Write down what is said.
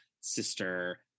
sister